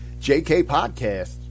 JKPODCAST